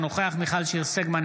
אינו נוכח מיכל שיר סגמן,